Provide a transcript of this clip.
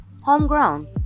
Homegrown